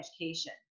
education